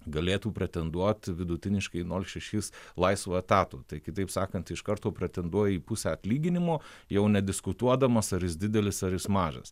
galėtų pretenduot vidutiniškai į nol šešis laisvo etato tai kitaip sakant iš karto pretenduoja į pusę atlyginimo jau nediskutuodamas ar jis didelis ar jis mažas